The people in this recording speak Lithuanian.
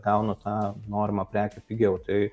gaunu tą norimą prekę pigiau tai